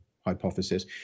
hypothesis